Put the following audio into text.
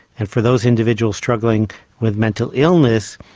and for those individuals struggling with mental illness,